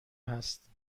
هست